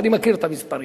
ואני מכיר את המספרים.